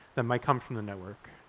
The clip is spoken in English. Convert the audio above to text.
that might come from the network.